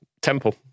temple